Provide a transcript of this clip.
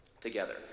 together